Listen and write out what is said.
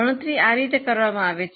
ગણતરી આ રીતે કરવામાં આવે છે